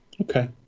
Okay